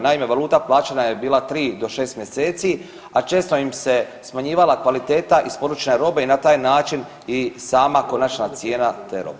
Naime, valuta plaćanja je bila 3 do 6 mjeseci, a često im se smanjivala kvaliteta isporučene robe i na taj način i sama konačna cijena te robe.